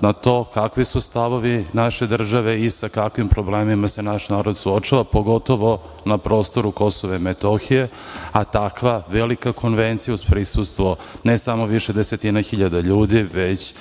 na to kakvi su stavovi naše države i sa kakvim problemima se naš narod suočava, pogotovo, na prostoru Kosova i Metohije, a takva velika konvencija, uz prisustvo ne samo više desetina hiljada ljudi, već